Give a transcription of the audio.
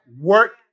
work